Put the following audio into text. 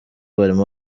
barimo